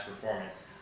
performance